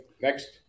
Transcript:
next